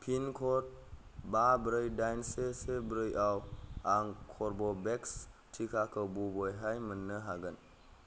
pin code बा ब्रै दाइन से से ब्रै आव आं कर्वभेक्स टिकाखौ बबेहाय मोन्नो हागोन